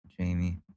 Jamie